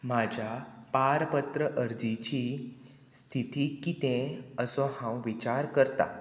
म्हाज्या पारपत्र अर्जीची स्थिती कितें असो हांव विचार करता